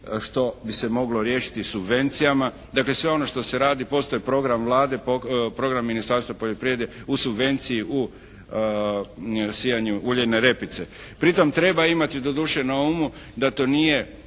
što bi se moglo riješiti subvencijama. Dakle, sve ono što se radi postaje program Vlade, program Ministarstva poljoprivrede u subvenciji u sijanju uljane repice. Pri tome treba imati doduše na umu da to nije